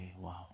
Wow